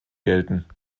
gelten